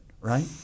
right